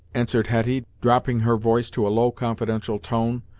answered hetty, dropping her voice to a low, confidential, tone,